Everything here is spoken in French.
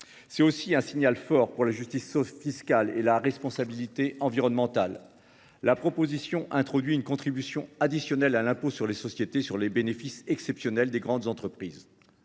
serait lancé en faveur de la justice fiscale et de la responsabilité environnementale. La proposition de loi crée une contribution additionnelle à l’impôt sur les sociétés sur les bénéfices exceptionnels des grandes entreprises.